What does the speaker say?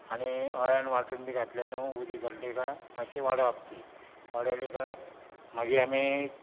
आनी आयन वांटून बी घातले न्हू उदीक घालून तिका मात्शी वडोवप ती वाडयली काय मागीर आमी